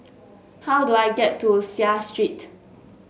how do I get to Seah Street